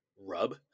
rub